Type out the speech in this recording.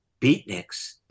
beatniks